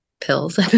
pills